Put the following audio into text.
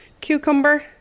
cucumber